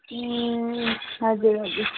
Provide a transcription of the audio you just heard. ए हजुर हजुर